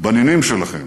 ובנינים שלכם.